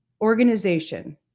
organization